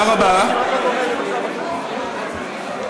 רהוט דיו כדי